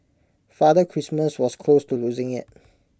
Father Christmas was close to losing IT